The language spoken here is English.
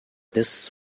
this